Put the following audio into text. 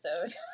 episode